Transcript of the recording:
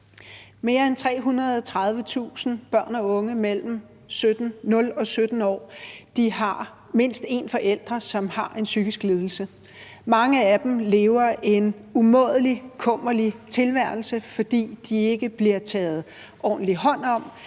Mere end 330.000 børn og unge mellem 0 og 17 år har mindst en forælder, som har en psykisk lidelse. Mange af dem lever en umådelig kummerlig tilværelse, fordi de ikke bliver taget ordentligt hånd om,